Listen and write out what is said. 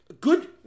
Good